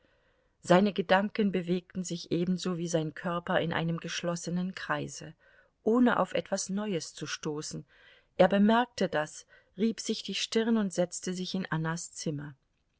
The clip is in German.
seine gedanken bewegten sich ebenso wie sein körper in einem geschlossenen kreise ohne auf etwas neues zu stoßen er bemerkte das rieb sich die stirn und setzte sich in annas zimmer